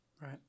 Right